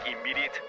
immediate